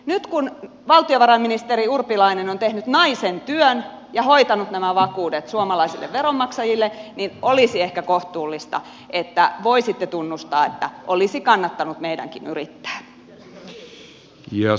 nyt kun valtiovarainministeri urpilainen on tehnyt naisen työn ja hoitanut nämä vakuudet suomalaisille veronmaksajille olisi ehkä kohtuullista että voisitte tunnustaa että olisi kannattanut meidänkin yrittää